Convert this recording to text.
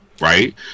right